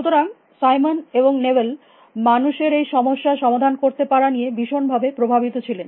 সুতরাং সাইমন এবং নেবেল মানুষের এই সমস্যা সমাধান করতে পারা নিয়ে ভীষণভাবে প্রাভাবিত ছিলেন